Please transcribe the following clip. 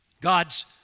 God's